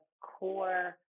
core